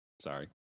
sorry